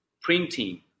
printing